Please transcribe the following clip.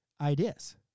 ideas